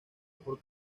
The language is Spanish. por